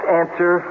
answer